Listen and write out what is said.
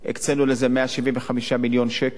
הקצינו לזה 175 מיליון שקל,